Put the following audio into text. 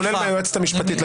כולל מהיועצת המשפטית.